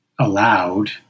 allowed